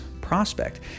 prospect